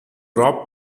rob